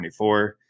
24